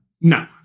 No